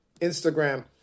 Instagram